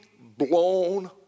blown